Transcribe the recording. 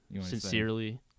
sincerely